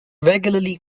regularly